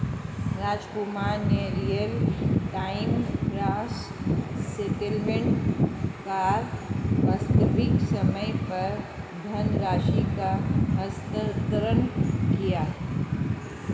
रामकुमार ने real time gross settlement कर वास्तविक समय पर धनराशि का हस्तांतरण किया